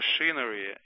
machinery